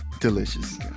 Delicious